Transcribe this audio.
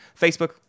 Facebook